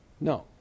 No